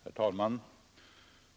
Herr talman!